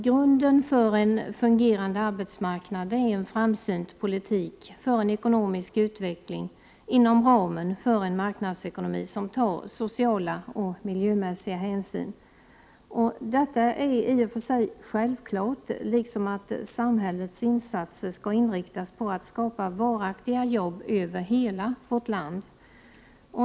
Grunden för en fungerande arbetsmarknad är en framsynt politik för en ekonomisk utveckling inom ramen för en marknadsekonomi som tar sociala och miljömässiga hänsyn. Detta är i och för sig självklart, liksom att samhällets insatser skall inriktas på att skapa varaktiga jobb över hela vårt land.